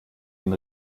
den